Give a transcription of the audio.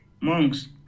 Monks